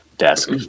desk